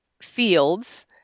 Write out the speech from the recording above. fields